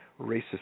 racist